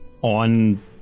On